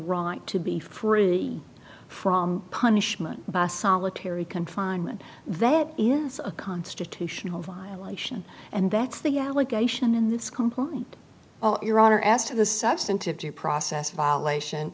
right to be free from punishment solitary confinement that is a constitutional violation and that's the allegation in this complaint your honor as to the substantive due process violation